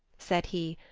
said he,